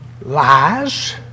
lies